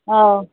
ओ